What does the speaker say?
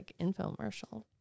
infomercial